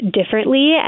differently